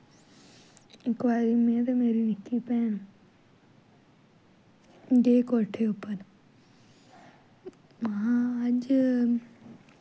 इक बारी में ते मेरी निक्की भैन गे कोठे उप्पर हां अज्ज